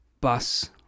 bus